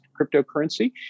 cryptocurrency